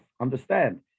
understand